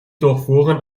durchfuhren